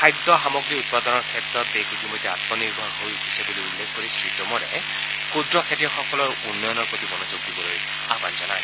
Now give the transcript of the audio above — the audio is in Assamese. খাদ্য সামগ্ৰী উৎপাদনৰ ক্ষেত্ৰত দেশ ইতিমধ্যে আমনিৰ্ভৰ হৈ উঠিছে বুলি উল্লেখ কৰি শ্ৰীটোমৰে ক্ষুদ্ৰ খেতিয়কসকলৰ উন্নয়নৰ প্ৰতি মনোযোগ দিবলৈ আহবান জনায়